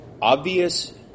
obvious